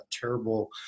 terrible